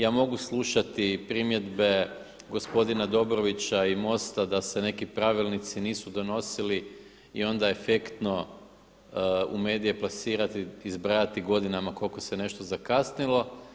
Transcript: Ja mogu slušati primjedbe gospodina Dobrovića i MOST-a da se neki pravilnici nisu donosili i onda efektno u medije plasirati i zbrajati godinama koliko se nešto zakasnilo.